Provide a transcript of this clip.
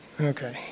Okay